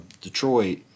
detroit